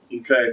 Okay